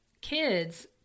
kids